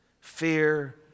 fear